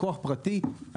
לקוח פרטי,